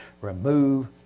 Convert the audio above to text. Remove